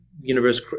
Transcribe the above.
universe